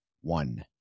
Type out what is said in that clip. one